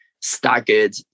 staggered